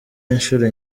inshuro